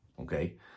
Okay